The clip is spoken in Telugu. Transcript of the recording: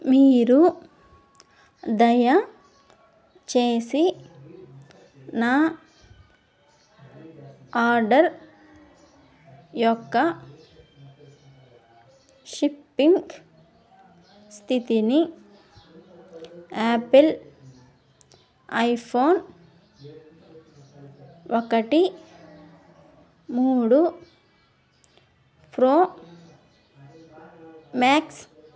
మీరు దయచేసి నా ఆర్డర్ యొక్క షిప్పింగ్ స్థితిని యాపిల్ ఐఫోన్ ఒకటి మూడు ప్రో మ్యాక్స్